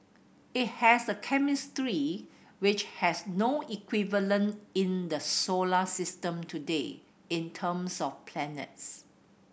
it has a chemistry which has no equivalent in the solar system today in terms of planets